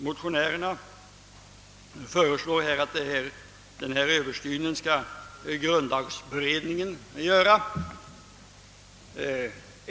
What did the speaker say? Motionärerna föreslår att grundlagberedningen skall göra denna översyn.